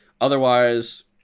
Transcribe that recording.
otherwise